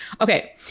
okay